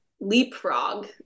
leapfrog